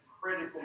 critical